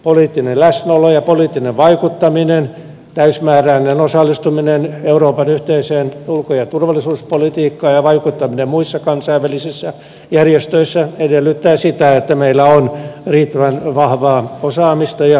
poliittinen läsnäolo ja poliittinen vaikuttaminen täysimääräinen osallistuminen euroopan yhteiseen ulko ja turvallisuuspolitiikkaan ja vaikuttaminen muissa kansainvälisissä järjestöissä edellyttävät sitä että meillä on riittävän vahvaa osaamista ja edustautumista